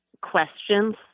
questions